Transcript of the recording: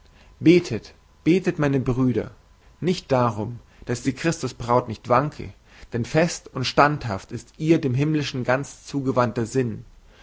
betet betet meine brüder nicht darum daß die christusbraut nicht wanke denn fest und standhaft ist ihr dem himmlischen ganz zugewandter sinn